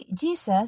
Jesus